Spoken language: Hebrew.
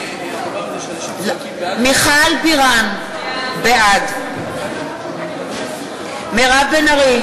נגד מיכל בירן, בעד מירב בן ארי,